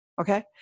okay